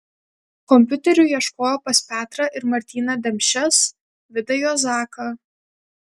kompiuterių ieškojo pas petrą ir martyną demšes vidą juozaką